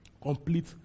complete